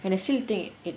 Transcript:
and the shit thing it